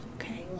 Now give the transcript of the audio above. okay